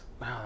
Wow